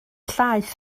llaeth